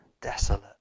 desolate